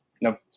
no